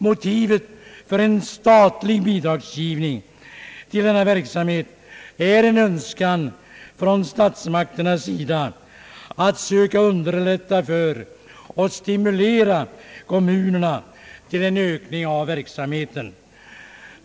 Motivet för en statlig bidragsgivning till denna verksamhet är en önskan från stats makternas sida att söka underlätta det för kommunerna och stimulera dem till en ökning av verksamheten.